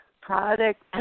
product